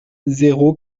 zéro